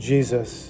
Jesus